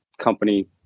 company